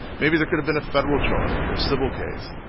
maybe there could've been a federal charge or a civil case.